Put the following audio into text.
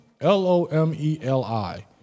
L-O-M-E-L-I